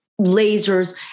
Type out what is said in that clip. lasers